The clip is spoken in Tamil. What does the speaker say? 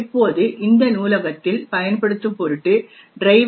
இப்போது இந்த நூலகத்தில் பயன்படுத்தும் பொருட்டு driver